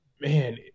man